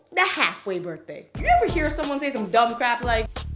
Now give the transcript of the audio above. the half-way birthday. you ever hear someone say some dumb crap like,